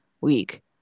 week